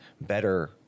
better